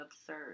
absurd